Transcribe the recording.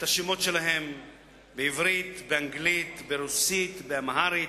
את השמות שלהם בעברית, באנגלית, ברוסית, באמהרית,